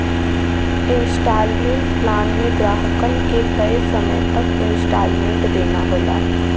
instalment plan में ग्राहकन के तय समय तक इन्सटॉलमेंट देना होला